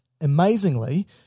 Amazingly